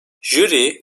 jüri